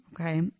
Okay